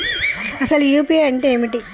అసలు యూ.పీ.ఐ అంటే ఏమిటి?